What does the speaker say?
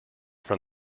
from